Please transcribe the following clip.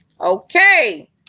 Okay